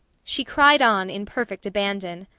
she cried on in perfect abandon.